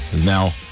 now